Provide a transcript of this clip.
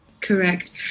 Correct